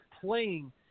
playing